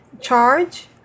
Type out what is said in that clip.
charge